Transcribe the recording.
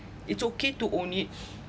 it's okay to own it